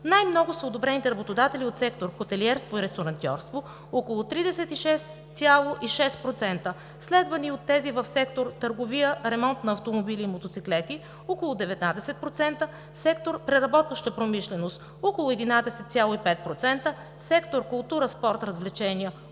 Най-много са одобрените работодатели от сектор „Хотелиерство и ресторантьорство“ – около 36,6%, следвани от тези в сектор „Търговия“, „Ремонт на автомобили и мотоциклети“ – около 19%, сектор „Преработваща промишленост“ – около 11,5%, сектор „Култура, спорт, развлечения“ –